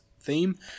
theme